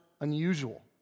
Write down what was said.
unusual